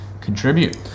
contribute